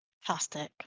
Fantastic